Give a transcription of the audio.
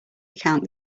account